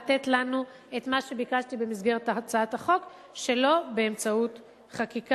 לתת לנו את מה שביקשתי במסגרת הצעת החוק שלא באמצעות חקיקה,